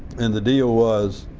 and the deal was,